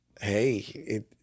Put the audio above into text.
hey